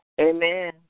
Amen